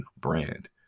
brand